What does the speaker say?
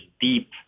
deep